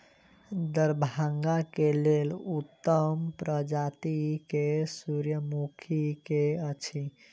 दरभंगा केँ लेल उत्तम प्रजाति केँ सूर्यमुखी केँ अछि?